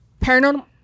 paranormal